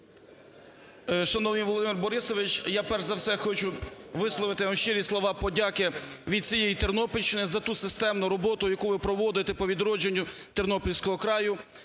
Шановний Володимир Борисович, я, перш за все, хочу висловити вам щирі слова подяки від всієї Тернопільщини за ту системну роботу, яку ви проводити по відродженню тернопільського краю.